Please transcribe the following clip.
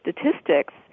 statistics